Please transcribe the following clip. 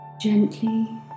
Gently